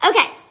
okay